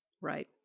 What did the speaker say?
Right